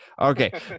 Okay